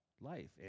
life